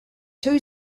two